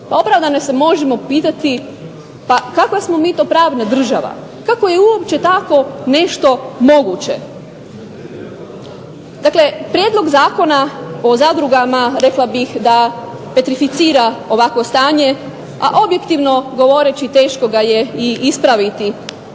Pa opravdano se možemo pitati pa kakva smo mi to pravna država, kako je uopće tako nešto moguće. Dakle prijedlog Zakona o zadrugama rekla bih da petrificira ovakvo stanje, a objektivno govoreći teško ga je i ispraviti.